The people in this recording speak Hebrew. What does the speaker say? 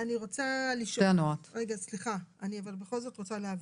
אני בכל זאת רוצה להבין.